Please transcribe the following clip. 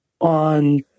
on